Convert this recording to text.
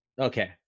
okay